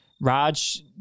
Raj